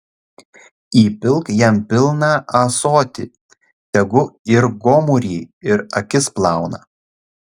įpilk jam pilną ąsotį tegu ir gomurį ir akis plauna